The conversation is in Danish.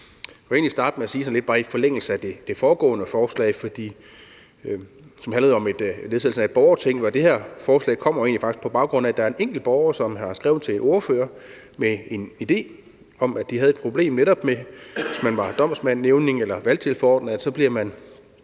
Jeg vil starte med at sige noget i forlængelse af det foregående forslag. Det handlede om nedsættelse af et borgerting, og det her forslag kommer jo egentlig på baggrund af, at der er en enkelt borger, der har skrevet til ordføreren med en idé i forhold til problemet med, at man, netop hvis man er domsmand, nævning eller valgtilforordnet, bliver